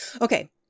Okay